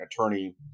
attorney